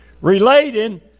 relating